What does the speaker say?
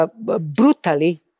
brutally